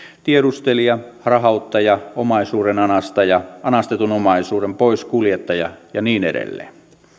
tiedustelija harhauttaja omaisuuden anastaja anastetun omaisuuden poiskuljettaja ja niin edelleen